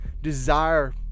desire